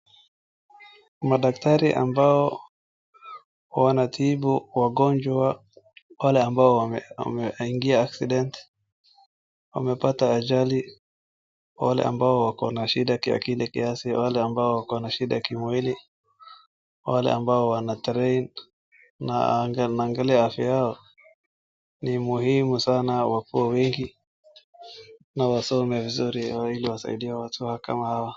Madaktari ambao wanatibu wagonjwa wale ambao wameingia accident wamepata ajali, wale ambao wako na shida kiakili kiasi, wale ambao wako na shida kimwili, wale ambao wanatrain, na naangalia afya yao, ni muhimu sana wakuwe wengi na wasome vizuri ili wasaidie watu kama hawa.